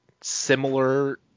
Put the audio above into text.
similar